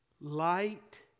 Light